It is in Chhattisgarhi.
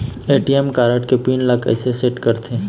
ए.टी.एम कारड के पिन ला कैसे सेट करथे?